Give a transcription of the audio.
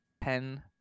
pen